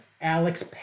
Alex